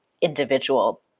individual